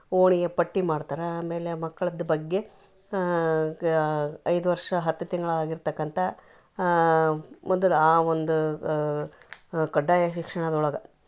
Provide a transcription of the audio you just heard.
ಓಣಿ ಪಟ್ಟಿ ಮಾಡ್ತರಾ ಆಮೇಲೆ ಮಕ್ಳದ್ದು ಬಗ್ಗೆ ಐದು ವರ್ಷ ಹತ್ತು ತಿಂಗ್ಳು ಆಗಿರ್ತಕ್ಕಂಥ ಮೊದಲು ಆ ಒಂದು ಕಡ್ಡಾಯ ಶಿಕ್ಷಣದೊಳಗ